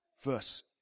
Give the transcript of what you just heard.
Verse